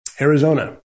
Arizona